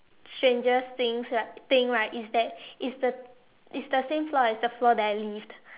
strangest things right thing right it's the it's the same floor as the floor that I lived